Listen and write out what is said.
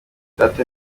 data